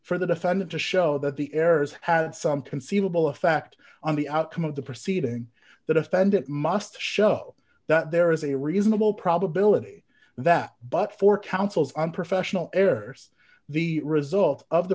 for the defendant to show that the errors had some conceivable effect on the outcome of the proceeding that i spend it must show that there is a reasonable probability that but for counsel's unprofessional errors the result of the